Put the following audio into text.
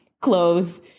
clothes